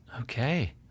Okay